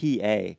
pa